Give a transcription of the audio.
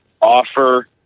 offer